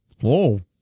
whoa